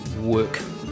work